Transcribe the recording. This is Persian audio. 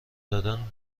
دادن